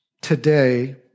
today